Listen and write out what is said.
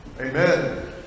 Amen